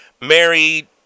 married